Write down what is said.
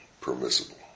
permissible